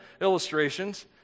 illustrations